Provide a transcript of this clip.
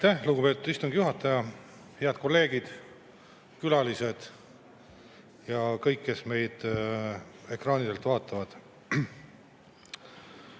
lugupeetud istungi juhataja! Head kolleegid, külalised ja kõik, kes meid ekraanidelt vaatavad!